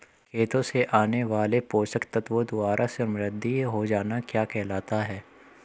खेतों से आने वाले पोषक तत्वों द्वारा समृद्धि हो जाना क्या कहलाता है?